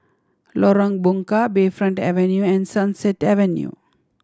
Lorong Bunga Bayfront Avenue and Sunset Avenue